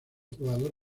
jugador